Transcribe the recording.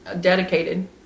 dedicated